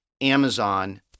Amazon